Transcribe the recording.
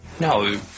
No